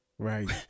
Right